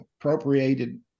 appropriated